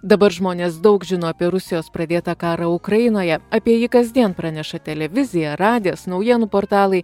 dabar žmonės daug žino apie rusijos pradėtą karą ukrainoje apie jį kasdien praneša televizija radijas naujienų portalai